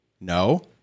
No